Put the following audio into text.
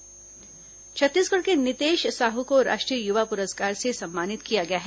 नीतेश साहू पुरस्कार छत्तीसगढ़ के नीतेश साहू को राष्ट्रीय युवा पुरस्कार से सम्मानित किया गया है